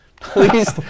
Please